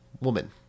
woman